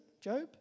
Job